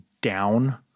down –